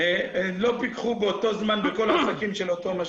לא פיקחו באותו זמן בכל העסקים של אותו משגיח.